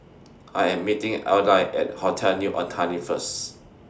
I Am meeting Adlai At Hotel New Otani First